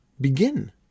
begin